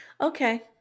Okay